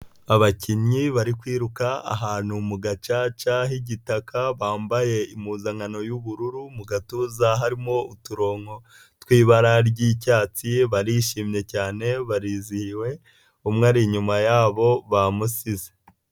Abakinnyi bari kwiruka ahantu mu gacaca h'igitaka bambaye impuzankano y'ubururu, mu gatuza harimo uturo tw'ibara ry'icyatsi. Barishimye cyane barizihiwe umwe ari inyuma yabo bamusize.